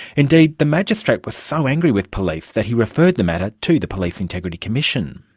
indeed, the magistrate was so angry with police that he referred the matter to to police integrity commission.